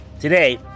Today